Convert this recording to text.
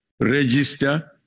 register